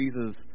Jesus